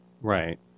Right